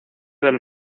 del